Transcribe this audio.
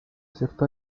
cierto